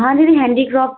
हाँ दीदी हेंडीक्राफ्ट